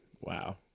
Wow